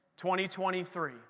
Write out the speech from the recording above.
2023